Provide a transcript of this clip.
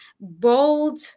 bold